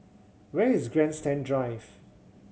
where is Grandstand Drive